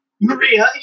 Maria